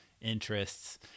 interests